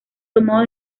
tomado